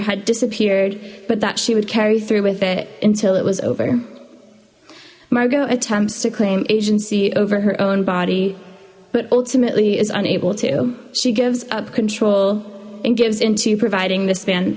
had disappeared but that she would carry through with it until it was over margo attempts to claim agency over her own body but ultimately is unable to she gives up control and gives in to providing th